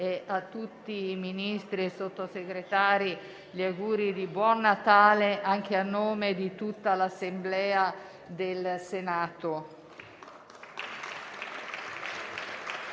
a tutti i Ministri e Sottosegretari, gli auguri di buon Natale, a nome di tutta l'Assemblea del Senato.